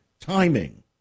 timing